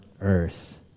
earth